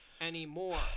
anymore